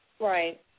Right